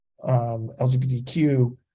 LGBTQ